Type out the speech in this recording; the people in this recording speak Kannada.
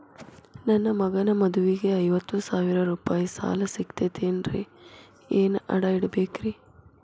ನನ್ನ ಮಗನ ಮದುವಿಗೆ ಐವತ್ತು ಸಾವಿರ ರೂಪಾಯಿ ಸಾಲ ಸಿಗತೈತೇನ್ರೇ ಏನ್ ಅಡ ಇಡಬೇಕ್ರಿ?